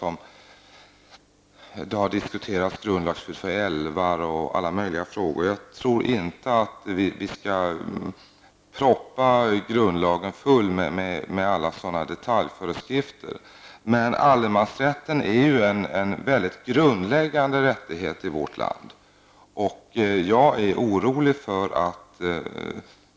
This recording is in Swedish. Det har bl.a. diskuterats grundlagsskydd för älvar och många andra frågor. Jag tror inte att vi skall proppa grundlagen full med sådana detaljföreskrifter, men allemansrätten är en mycket grundläggande rättighet i vårt land. Jag är orolig för att